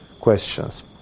questions